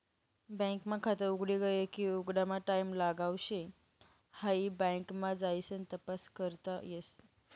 bank मा खात उघडी गये की उघडामा टाईम लागाव शे हाई बँक मा जाइसन तपास करता येस